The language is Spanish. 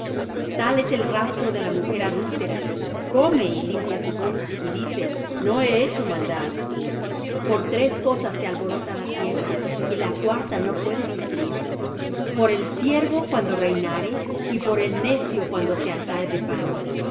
tal es el rastro de la mujer adúltera come y limpia su boca y dice no he hecho maldad por tres cosas se alborota la tierra y la cuarta no puede sufrir por el siervo cuando reinare y por el necio cuando se hartare de pan